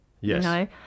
Yes